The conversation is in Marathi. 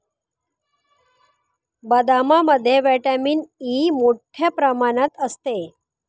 बदामामध्ये व्हिटॅमिन ई मोठ्ठ्या प्रमाणात असते